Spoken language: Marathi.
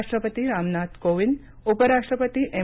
राष्ट्रपती रामनाथ कोविंद उपराष्ट्रपती एम